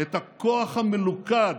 את הכוח המלוכד